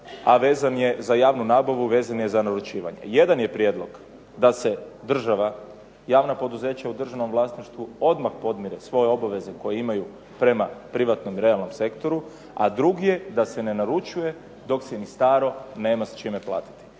a vezan je za javnu nabavu, vezan je za naručivanje. Jedan je prijedlog da se država, javna poduzeća u državnom vlasništvu odmah podmire svoje obaveze koje imaju prema privatnom i realnom sektoru, a drugi je da se ne naručuje dok se ni staro nema sa čime platiti.